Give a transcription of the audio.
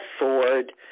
afford